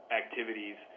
activities